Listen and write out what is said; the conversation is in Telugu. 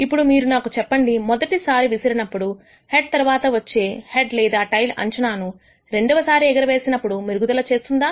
ఇప్పుడు మీరు నాకు చెప్పండి మొదటిసారి విసిరినప్పుడు హెడ్ తరువాత వచ్చే హెడ్ లేదా టెయిల్ అంచనా ను రెండవసారి ఎగరవేసినప్పుడు మెరుగుదల చేస్తుందా